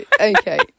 okay